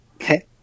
Okay